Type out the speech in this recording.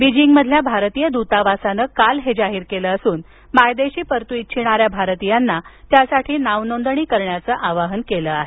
बीजिंगमधील भारतीय दूतावासानं काल हे जाहीर केलं असून मायदेशी परतू इच्छिणाऱ्या भारतीयांना त्यासाठी नाव नोंदणी करण्याचं आवाहन केलं आहे